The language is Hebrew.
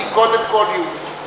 אני קודם כול יהודי.